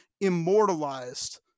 immortalized